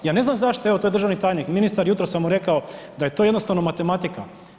Ja ne znam zašto evo, tu je državni tajnik, ministar, jutros sam mu rekao da je to jednostavno matematika.